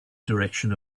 direction